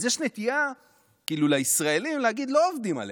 אז יש נטייה לישראלים להגיד: לא עובדים עלינו,